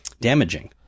damaging